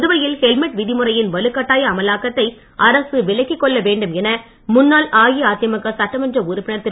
புதுவையில் ஹெல்மெட் விதிமுறையின் வலுக் கட்டாய அமலாக்கத்தை அரசு விலக்கி கொள்ள வேண்டும் என முன்னாள் அஇஅதிமுக சட்டமன்ற உறுப்பினர் திரு